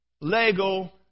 Lego